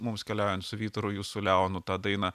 mums keliaujant su vytaru jūs su leonu tą dainą